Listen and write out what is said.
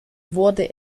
wurde